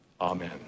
Amen